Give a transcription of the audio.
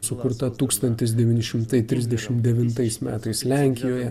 sukurta tūkstantis devyni šimtai trisdešimt devintais metais lenkijoje